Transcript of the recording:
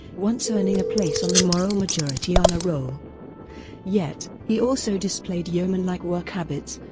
once earning a place on the moral majority honor roll yet, he also displayed yeoman-like work habits